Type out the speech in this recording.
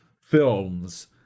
films